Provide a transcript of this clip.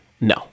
No